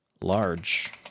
Large